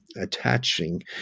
attaching